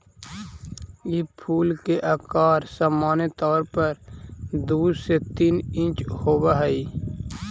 ई फूल के अकार सामान्य तौर पर दु से तीन इंच होब हई